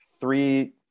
three